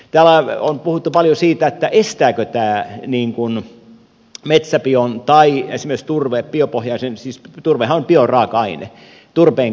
täällä on puhuttu paljon siitä estääkö tämä metsäbion tai esimerkiksi turve biopohjaisen siis turvehan on bioraaka aine turpeen käyttöä